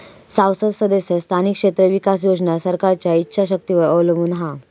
सांसद सदस्य स्थानिक क्षेत्र विकास योजना सरकारच्या ईच्छा शक्तीवर अवलंबून हा